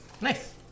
Nice